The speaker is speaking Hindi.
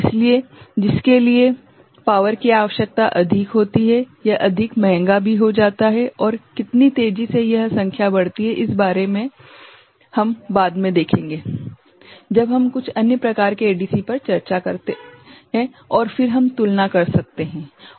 इसलिए जिसके लिए बिजली की आवश्यकता अधिक होती है यह अधिक महंगा भी हो जाता है और कितनी तेजी से यह संख्या बढ़ती है इस बात के बारे में कि हम बाद में देखेंगे जब हम कुछ अन्य प्रकार के एडीसी पर चर्चा करते हैं और फिर हम तुलनाकर सकते हैं